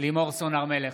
לימור סון הר מלך,